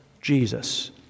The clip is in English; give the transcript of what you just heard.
Jesus